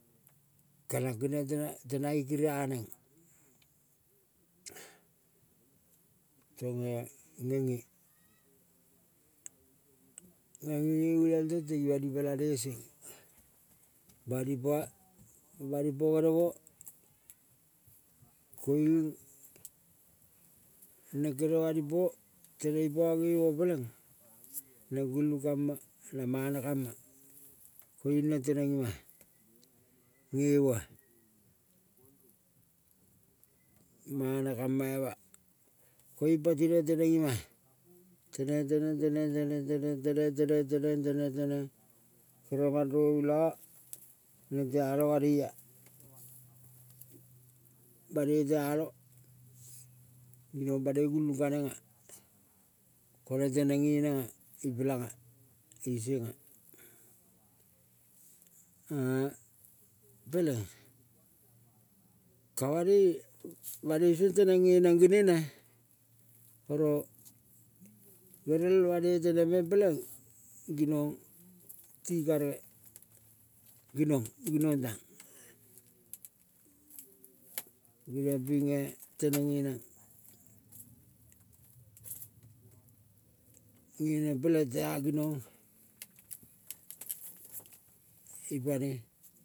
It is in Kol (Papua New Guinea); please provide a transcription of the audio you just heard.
Kanang kinong tema tenang ikeria neng, tonge ngenge. Ngenge nge olial tente bani pelane seng, bani pa banipo genemo koiung neng kere banipo teneng ipa gemo peleng neng gulung kamong na mana kama. Koiung neng teneng ima-a ngemoa, mana kama ima koiung ppati neng teneng iam-a. Tineng, teneng, teneng, teneng, teneng, teneng, teneng, teneng, teneng, teneng kere mandrovila neng teaalong banoi banoi tealong ginong banoi gulung kanenga. Koneng teneng nge nenga ipelang isenga-a, peleng ka banoi, banoi song teneng nge neng genene. Oro gerel banoi geneng teneng meng peleng, ginong ti karge. Ginong ginong tang ginong pinge teneng nge neng, ngeneng peleng tea ginong ipane.